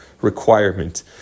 requirement